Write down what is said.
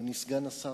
אדוני סגן השר,